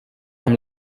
amb